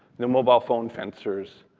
the mobile phone fencers,